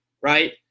right